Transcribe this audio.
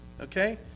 okay